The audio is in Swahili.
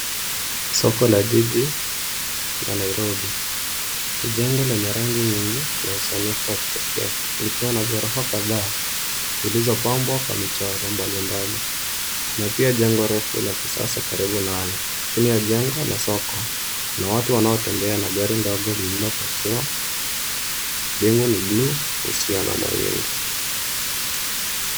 Soko la jiji ya Nairobi. Jengo lenye rangi nyingi na usanifu wa kipekee likiwa na ghorofa kadhaa zilizopambwa kwa michoro mbali mbali. Kuna pia jengo refu la kisasa karibu nalo. Chini ya jengo la soko, kuna watu wanaotembea na gari ndogo lililopakiwa. Bingu ni bluu, isiyo na mawingu.